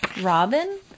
Robin